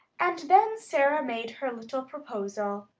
and then sara made her little proposal,